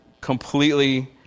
Completely